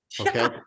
Okay